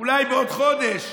אולי בעוד חודש,